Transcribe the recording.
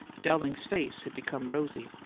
dowling's face had become rosy.